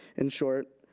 in short,